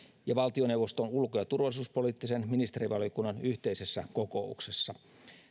ja valtioneuvoston ulko ja turvallisuuspoliittisen ministerivaliokunnan yhteisessä kokouksessa